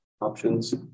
options